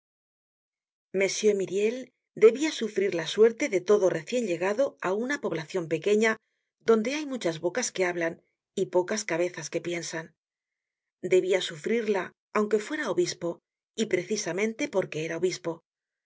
m myriel debia sufrir la suerte de todo recien llegado á una poblacion pequeña donde hay muchas bocas que hablan y pocas cabezas que piensan debia sufrirla aunque fuera obispo y precisamente porque era obispo